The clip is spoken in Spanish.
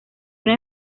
una